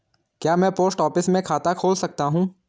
क्या मैं post office में खाता खोल सकता हूँ?